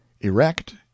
Erect